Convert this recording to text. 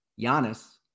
Giannis